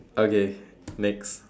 okay next